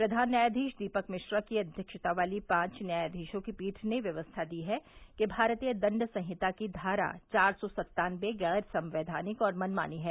प्रघान न्यायाधीश दीपक मिश्रा की अध्यक्षता वाली पांच न्यायाधीशों की पीठ ने व्यवस्था दी है कि भारतीय दंड संहिता की धारा चार सौ सन्तानवे गैर संवैधानिक और मनमानी है